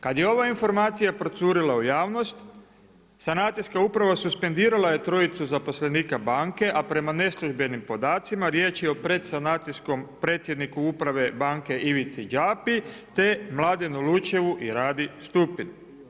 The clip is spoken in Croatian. Kad je ova informacija procurila u javnost, sanacijska uprava suspendirala je trojicu zaposlenika banke a prema neslužbenim podacima riječ je o predsanacijskom predsjedniku uprave banke Ivici Džapi, te Mladenu Lučevu i Radi Stupinu.